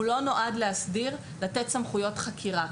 הוא לא נועד להסדיר, לתת סמכויות חקירה.